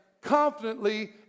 confidently